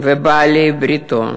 ובעלי בריתו.